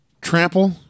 trample